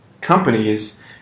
companies